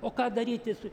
o ką daryti su